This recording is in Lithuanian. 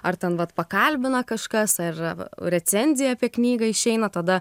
ar ten vat pakalbina kažkas ar recenzija apie knygą išeina tada